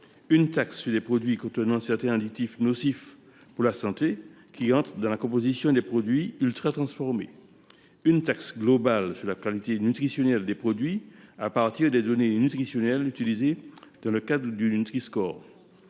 une taxe sur les produits contenant certains additifs nocifs pour la santé qui entrent dans la composition des produits ultratransformés ; une taxe globale sur la qualité nutritionnelle des produits à partir des données nutritionnelles utilisées dans le cadre du Nutri score.